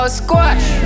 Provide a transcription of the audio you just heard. squash